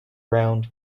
round